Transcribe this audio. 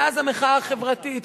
מאז המחאה החברתית,